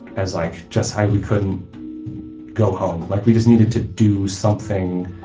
as, like, just i we couldn't go home. like, we just needed to do something,